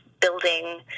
building